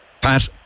Pat